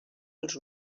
els